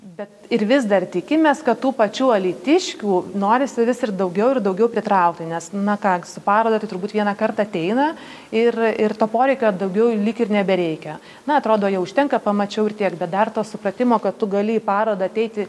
bet ir vis dar tikimės kad tų pačių alytiškių norisi vis ir daugiau ir daugiau pritraukti nes na ką su paroda taibturbūt vieną kartą ateina ir ir to poreikio daugiau lyg ir nebereikia na atrodo jau užtenka pamačiau ir tiek bet dar to supratimo kad tu gali į parodą ateiti